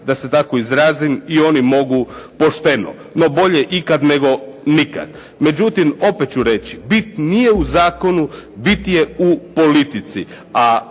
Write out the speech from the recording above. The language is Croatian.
da se tako izrazim i oni mogu pošteno. No bolje ikad nego nikad. Međutim opet ću reći, bit nije u zakonu, bit je u politici,